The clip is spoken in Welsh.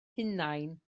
hunain